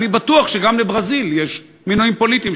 אני בטוח שגם לברזיל יש מינויים פוליטיים